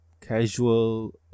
casual